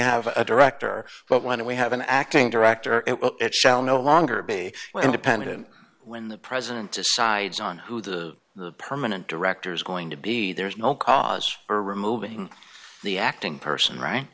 have a director but when we have an acting director it will it shall no longer be independent when the president decides on who the permanent director is going to be there's no cause for removing the acting person r